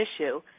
issue